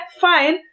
fine